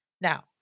Now